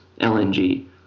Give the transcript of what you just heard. LNG